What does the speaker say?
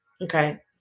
Okay